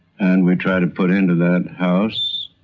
and we try to put into that house